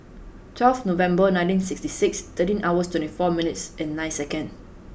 twelfth November nineteen sixty nine thirteen hours twenty four minutes and nine second